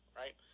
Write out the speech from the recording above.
right